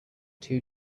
two